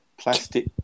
plastic